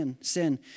sin